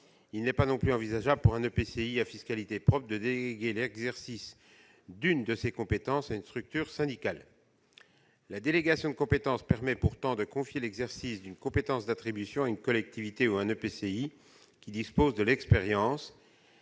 Il n'est pas non plus envisageable pour un EPCI à fiscalité propre de déléguer l'exercice d'une de ses compétences à une structure syndicale. La délégation de compétence permet pourtant de confier l'exercice d'une compétence d'attribution à une collectivité ou à un EPCI qui dispose de l'expérience,